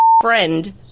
friend